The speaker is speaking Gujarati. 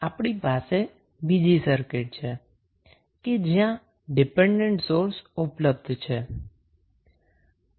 હવે આગળ આપણી પાસે બીજી સર્કિટ છે જ્યાં ડિપેન્ડન્ટ સોર્સ ઉપલબ્ધ છે